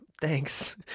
Thanks